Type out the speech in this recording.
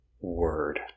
word